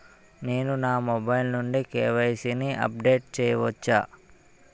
నేను నా మొబైల్ నుండి కే.వై.సీ ని అప్డేట్ చేయవచ్చా?